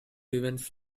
events